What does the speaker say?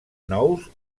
nous